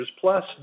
plus